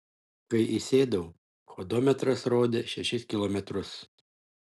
kai įsėdau hodometras terodė šešis kilometrus